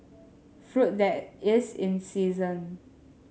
fruit that is in season